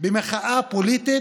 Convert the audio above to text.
במחאה פוליטית,